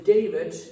David